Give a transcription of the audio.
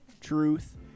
truth